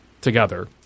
together